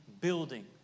building